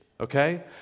Okay